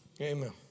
Amen